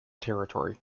territory